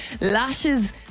lashes